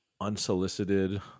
Unsolicited